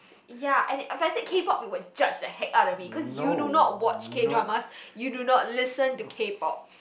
ya and a k-pop you would judge the heck out if it because you do not watch K-dramas you do not listen to k-pop